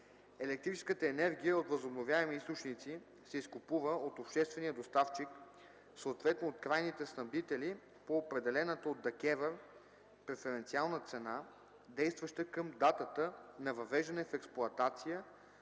Електрическата енергия от възобновяеми източници се изкупува от обществения доставчик, съответно от крайните снабдители по определената от ДКЕВР преференциална цена, действаща към датата на въвеждане в експлоатация